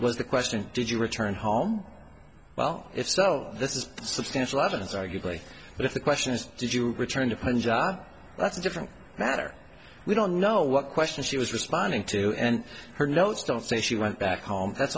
was the question did you return home well if so this is substantial evidence arguably but if the question is did you return to punjab that's a different matter we don't know what question she was responding to and her notes don't say she went back home that's